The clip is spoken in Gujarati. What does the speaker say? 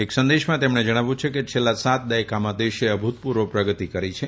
એક સંદેશામાં તેમણે જણાવ્યું છે કે છેલ્લા સાત દાયકામાં દેશે અભુતપૂર્વ પ્રગતી કરી છે